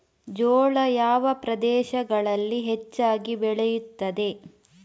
ಜೋಳ ಯಾವ ಪ್ರದೇಶಗಳಲ್ಲಿ ಹೆಚ್ಚಾಗಿ ಬೆಳೆಯುತ್ತದೆ?